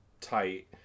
tight